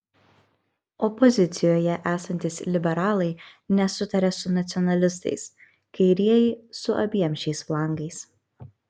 opozicijoje esantys liberalai nesutaria su nacionalistais kairieji su abiem šiais flangais